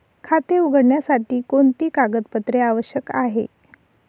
खाते उघडण्यासाठी कोणती कागदपत्रे आवश्यक आहे?